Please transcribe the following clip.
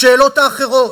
לשאלות האחרות: